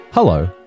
Hello